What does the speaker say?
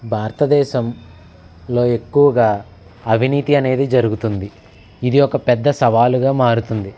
భారతదేశంలో ఎక్కువగా అవినీతి అనేది జరుగుతుంది ఇది ఒక పెద్ద సవాలుగా మారుతుంది